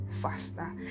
faster